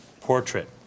portrait